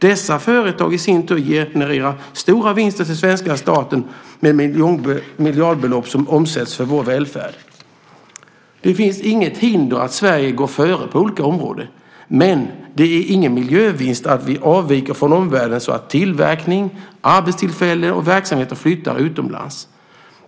Dessa företag genererar i sin tur stora vinster till svenska staten med miljardbelopp som omsätts för vår välfärd. Det finns inget hinder för Sverige att gå före på olika områden, men det är ingen miljövinst i att vi avviker från omvärlden så att tillverkning, arbetstillfällen och verksamheter flyttar utomlands.